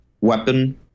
weapon